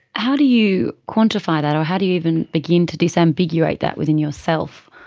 how do you quantify that or how do you even begin to disambiguate that within yourself,